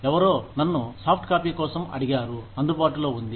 ఎవరో నన్ను soft copy కోసం అడిగారు అందుబాటులో ఉంది